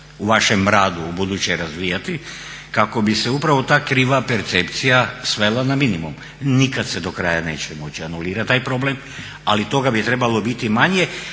u vašem radu ubuduće razvijati kako bi se upravo ta kriva percepcija svela na minimum. Nikad se do kraja neće moći anulirati taj problem ali toga bi trebalo biti manje,